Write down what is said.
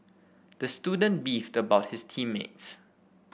the student beefed about his team mates